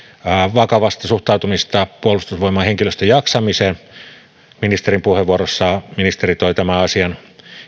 vakavasta suhtautumisesta puolustusvoimien henkilöstön jaksamiseen puheenvuorossaan ministeri toi tämän asian